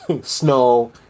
snow